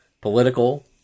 political